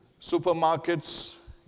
supermarkets